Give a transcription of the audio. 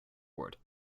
word